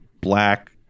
black